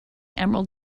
emerald